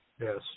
Yes